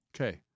Okay